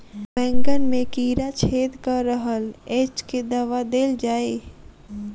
बैंगन मे कीड़ा छेद कऽ रहल एछ केँ दवा देल जाएँ?